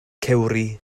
cewri